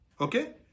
Okay